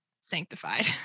sanctified